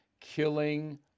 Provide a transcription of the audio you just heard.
Killing